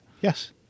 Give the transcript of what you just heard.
yes